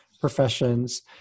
professions